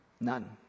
None